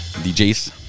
DJs